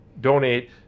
donate